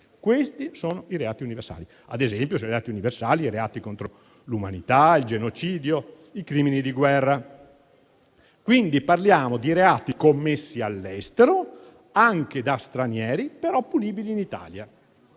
esempio, sono reati universali i reati contro l'umanità, il genocidio, i crimini di guerra. Parliamo, quindi, di reati commessi all'estero, anche da stranieri, però punibili in Italia.